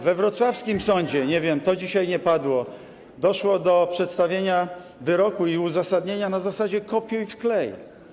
We wrocławskim sądzie - nie wiem, to dzisiaj nie padło - doszło do przedstawienia wyroku i uzasadnienia na zasadzie kopiuj-wklej.